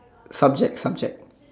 subject subject